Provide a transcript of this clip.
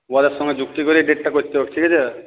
ওদের সঙ্গে যুক্তি করেই ডেটটা করতে হোক ঠিক আছে